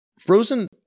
Frozen